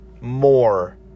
more